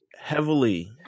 Heavily